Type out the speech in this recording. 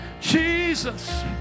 Jesus